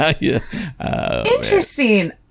Interesting